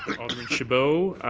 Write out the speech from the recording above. alderman chabot.